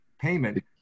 payment